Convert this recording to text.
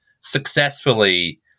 successfully